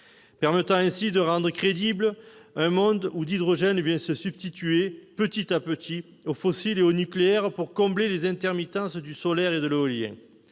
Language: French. permettant ainsi de rendre crédible un monde où l'hydrogène vient se substituer, petit à petit, au fossile et au nucléaire pour combler les intermittences du solaire et de l'éolien